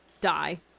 die